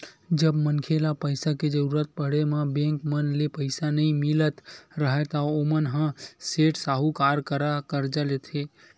जब मनखे ल पइसा के जरुरत पड़े म बेंक मन ले पइसा नइ मिलत राहय ता ओमन ह सेठ, साहूकार करा करजा लेथे